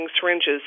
syringes